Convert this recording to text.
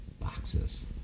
boxes